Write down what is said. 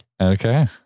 Okay